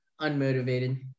unmotivated